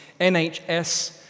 NHS